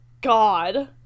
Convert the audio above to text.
god